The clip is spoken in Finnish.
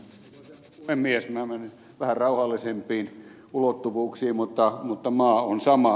minä menen vähän rauhallisempiin ulottuvuuksiin mutta maa on sama